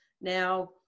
Now